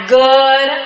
good